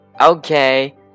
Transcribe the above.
Okay